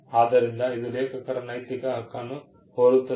ಆದ್ದರಿಂದ ಇದು ಲೇಖಕರ ನೈತಿಕ ಹಕ್ಕನ್ನು ಹೋಲುತ್ತದೆ